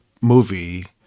movie